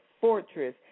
fortress